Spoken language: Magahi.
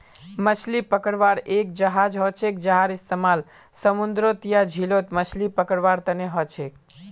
मछली पकड़वार एक जहाज हछेक जहार इस्तेमाल समूंदरत या झीलत मछली पकड़वार तने हछेक